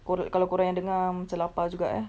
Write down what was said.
kau or~ kalau kau orang yang dengar macam lapar juga eh